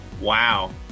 Wow